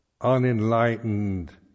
unenlightened